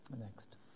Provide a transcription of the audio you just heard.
Next